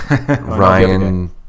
ryan